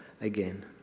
again